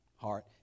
heart